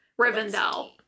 Rivendell